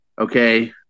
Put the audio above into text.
Okay